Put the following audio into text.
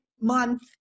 month